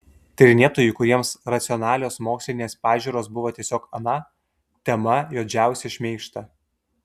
tyrinėtojų kuriems racionalios mokslinės pažiūros buvo tiesiog ana tema juodžiausią šmeižtą